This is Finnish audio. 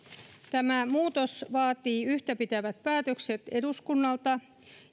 tämä muutos vaatii yhtäpitävät päätökset eduskunnalta